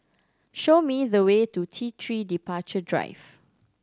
show me the way to T Three Departure Drive